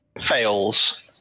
Fails